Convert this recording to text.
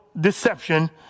deception